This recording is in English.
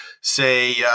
say